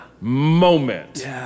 moment